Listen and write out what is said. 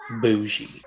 bougie